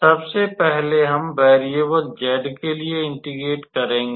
सबसे पहले हम वेरियेबल z के लिए इंटेग्रेट करेंगे